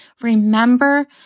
remember